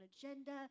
agenda